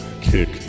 kick